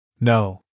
No